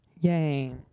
Yay